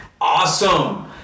Awesome